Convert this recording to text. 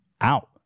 out